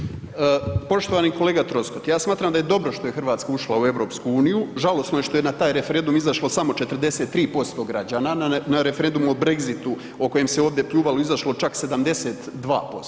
Poštovani kolega Troskot, ja smatram da je dobro što je Hrvatska ušla u EU, žalosno je što je na taj referendum izašlo samo 43% građana, na referendumu o Brexitu, o kojem se ovdje pljuvalo je izašlo čak 72%